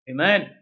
Amen